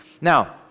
Now